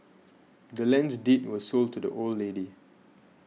the land's deed was sold to the old lady